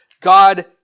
God